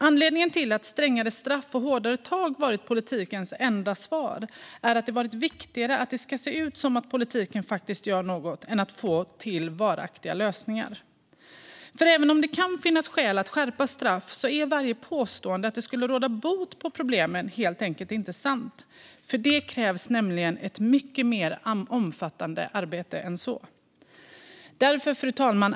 Anledningen till att strängare straff och hårdare tag varit politikens enda svar är att det har varit viktigare att det ska se ut som att politiken faktiskt gör något än att få till varaktiga lösningar. För även om det kan finnas skäl att skärpa straff är varje påstående om att det skulle råda bot på problemen helt enkelt inte sant. För detta krävs nämligen ett mycket mer omfattande arbete än så. Fru talman!